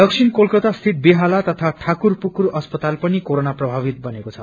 दक्षिण कोलकाता सिंत बेहाला तथा ठाकुरपुकुर अस्पाताल पनि कोरोना प्रभावित बनेको छ